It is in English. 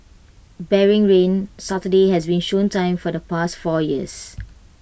barring rain Saturday has been show time for the past four years